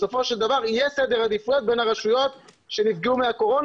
בסופו של דבר יהיה סדר עדיפויות בין הרשויות שנפגעו מהקורונה